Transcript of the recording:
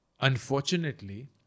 unfortunately